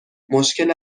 مشکل